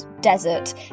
desert